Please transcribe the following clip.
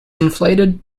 inflated